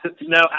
No